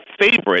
favorite